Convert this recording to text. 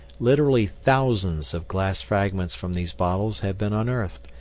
literally thousands of glass fragments from these bottles have been unearthed,